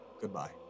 goodbye